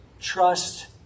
trust